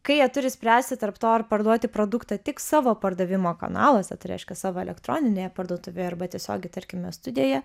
kai jie turi spręsti tarp to ar parduoti produktą tik savo pardavimo kanaluose tai reiškia savo elektroninėje parduotuvėje arba tiesiogiai tarkime studijoje